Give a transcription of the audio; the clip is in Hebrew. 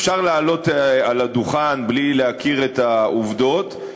אפשר לעלות על הדוכן בלי להכיר את העובדות,